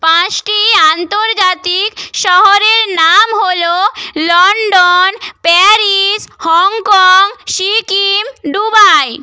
পাঁচটি আন্তর্জাতিক শহরের নাম হল London Paris Hong Kong Sikkim Dubai